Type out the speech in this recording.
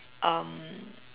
um